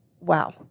wow